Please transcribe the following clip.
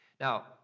Now